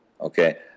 okay